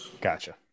Gotcha